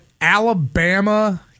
Alabama